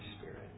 spirit